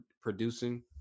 producing